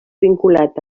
vinculat